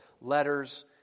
letters